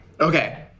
Okay